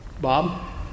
Bob